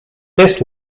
this